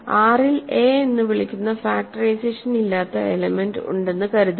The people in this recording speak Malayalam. R ൽ എ എന്ന് വിളിക്കുന്ന ഫാക്ടറൈസേഷൻ ഇല്ലാത്ത എലെമെന്റ്സ് ഉണ്ടെന്നു കരുതുക